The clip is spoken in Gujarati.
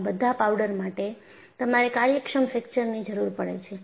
આ બધા પાવડર માટે તમારે કાર્યક્ષમ ફ્રેકચરની જરૂર પડે છે